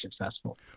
successful